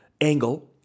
angle